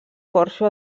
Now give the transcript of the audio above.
porxo